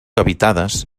habitades